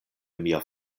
mia